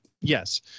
yes